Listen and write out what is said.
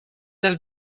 dal